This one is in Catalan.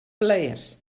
plaers